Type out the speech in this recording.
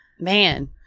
man